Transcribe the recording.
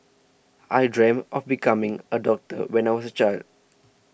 I dreamt of becoming a doctor when I was a child